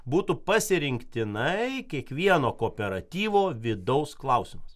būtų pasirinktinai kiekvieno kooperatyvo vidaus klausimas